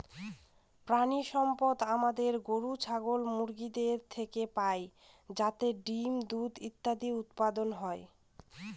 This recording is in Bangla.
প্রানীসম্পদ আমাদের গরু, ছাগল, মুরগিদের থেকে পাই যাতে ডিম, দুধ ইত্যাদি উৎপাদন হয়